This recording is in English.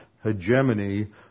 hegemony